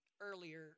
earlier